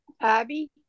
Abby